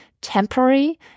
temporary